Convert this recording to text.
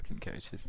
coaches